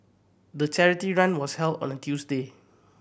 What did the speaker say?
the charity run was held on a Tuesday